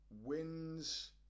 wins